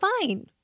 fine